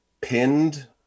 pinned